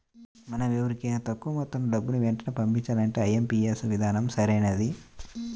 మనం వేరెవరికైనా తక్కువ మొత్తంలో డబ్బుని వెంటనే పంపించాలంటే ఐ.ఎం.పీ.యస్ విధానం సరైనది